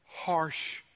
harsh